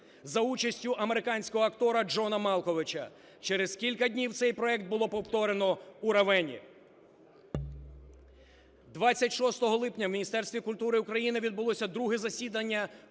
за участі американського актора Джона Малковича. Через кілька днів цей проект було повторено у Равенні. 26 липня в Міністерстві культури України відбулося друге засідання